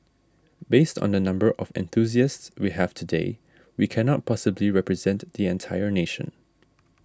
based on the number of enthusiasts we have today we cannot possibly represent the entire nation